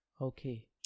Okay